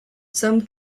some